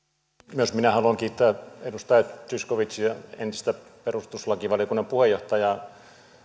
myös minä haluan kiittää edustaja zyskowiczia entistä perustuslakivaliokunnan puheenjohtajaa